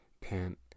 pant